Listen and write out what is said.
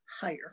higher